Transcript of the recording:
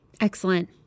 Excellent